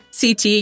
CT